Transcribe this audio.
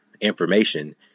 information